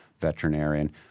veterinarian